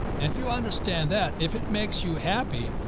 and if you understand that, if it makes you happy,